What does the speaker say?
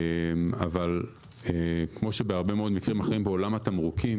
אבל כמו שבהרבה מאוד מקרים אחרים בעולם התמרוקים,